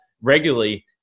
regularly